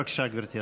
בבקשה, גברתי השרה.